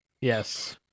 Yes